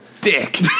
dick